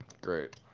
Great